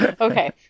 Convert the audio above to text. Okay